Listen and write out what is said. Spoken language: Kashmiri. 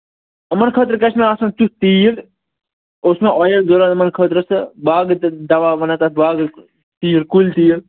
یِمَن خٲطرٕ گَژھِ مےٚ آسُن تٮُ۪تھ تیٖل اوس مےٚ اویِل ضروٗرت یِمَن خٲطرٕ سُہ باغہٕ تہِ دَوا وَنان تَتھ باغہٕ تیٖل کُلۍ تیٖل